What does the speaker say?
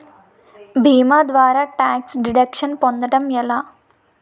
భీమా ద్వారా tax deduction పొందటం ఎలా?